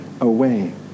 away